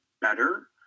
better